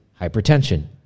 hypertension